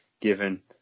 given